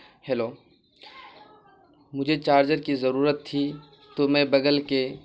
hello مجھے charger کی ضرورت تھی تو میں بغل کے